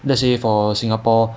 那些 for singapore